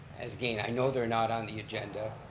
as again, i know they're not on the agenda.